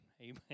Amen